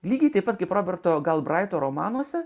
lygiai taip pat kaip roberto galbraito romanuose